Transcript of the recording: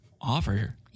offer